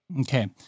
Okay